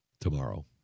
tomorrow